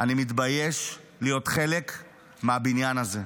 אני מתבייש להיות חלק מהבניין הזה,